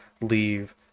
leave